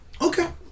Okay